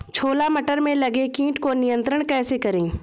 छोला मटर में लगे कीट को नियंत्रण कैसे करें?